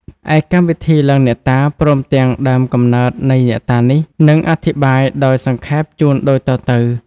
ឯកម្មវិធីឡើងអ្នកតា ព្រមទាំងដើមកំណើតនៃអ្នកតានេះ នឹងអធិប្បាយដោយសង្ខេបជូនដូចតទៅ។